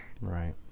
Right